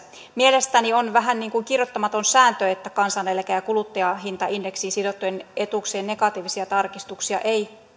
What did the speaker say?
mielestäni on vähän niin kuin kirjoittamaton sääntö että kansaneläke ja kuluttajahintaindeksiin sidottujen etuuksien negatiivisia tarkistuksia ei